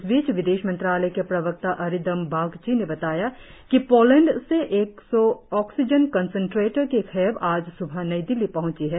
इस बीच विदेश मंत्रालय के प्रवक्ता अरिंदम बागची ने बताया कि पोलैंड से एक सौ ऑक्सीजन कंसन्ट्रेटर की खेप आज स्बह नई दिल्ली पहुंची है